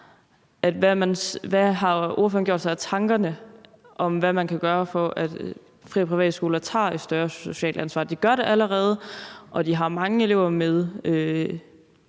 Hvad har ordføreren gjort sig af tanker om, hvad man kan gøre, for at fri- og privatskoler tager et større socialt ansvar? De gør det allerede, og de har mange elever med